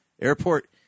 Airport